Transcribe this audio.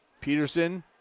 Peterson